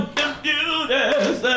computers